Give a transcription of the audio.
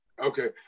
Okay